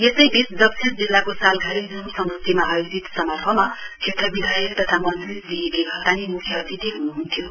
यसै बीच दक्षिण जिल्लाको सालघारी जुम समष्टिमा आयोजित समारोहमा क्षेत्र विधायक तथा मन्त्रीश्री एके घतानी म्ख्य अतिथि हन्हन्थ्यो